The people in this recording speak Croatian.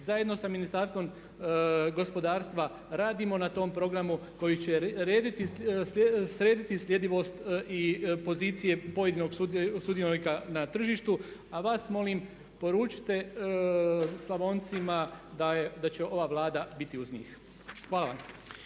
Zajedno sa Ministarstvom gospodarstva radimo na tom programu koji će srediti sljedivost i pozicije pojedinog sudionika na tržištu a vas molim poručite Slavoncima da će ova Vlada biti uz njih. Hvala vam.